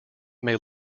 may